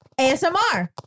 ASMR